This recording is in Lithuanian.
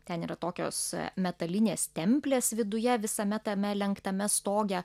ten yra tokios metalinės stemplės viduje visame tame lenktame stoge